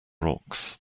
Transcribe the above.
rocks